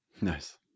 Nice